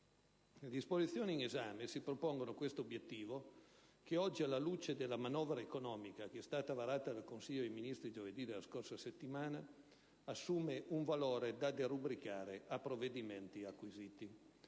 Le disposizioni in esame si propongono questo obiettivo che, oggi, alla luce della manovra economica varata dal Consiglio dei ministri giovedì della scorsa settimana, assume un valore da derubricare a provvedimenti acquisiti.